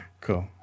Cool